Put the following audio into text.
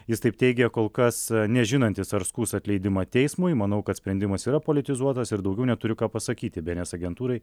jis taip teigia kol kas nežinantis ar skųs atleidimą teismui manau kad sprendimas yra politizuotas ir daugiau neturiu ką pasakyti bns agentūrai